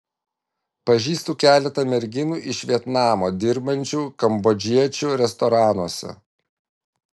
pažįstu keletą merginų iš vietnamo dirbančių kambodžiečių restoranuose